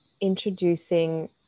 introducing